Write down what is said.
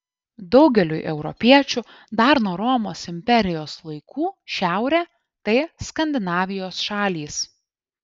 daugeliui europiečių dar nuo romos imperijos laikų šiaurė tai skandinavijos šalys